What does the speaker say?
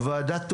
הוועדה טועה.